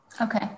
Okay